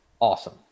Awesome